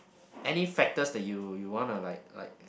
any factors that you you want to like like